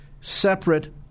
separate